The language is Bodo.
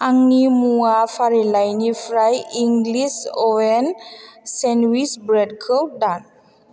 आंनि मुवा फारिलाइनिफ्राय इंलिस अभेन सेन्डविच ब्रेड खौ दान